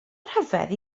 ryfedd